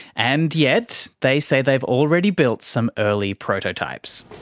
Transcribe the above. and yet they say they have already built some early prototypes.